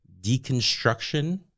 deconstruction